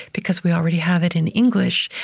because we already have it in english,